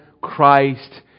Christ